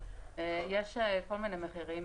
יש כל מיני מחירים,